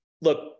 look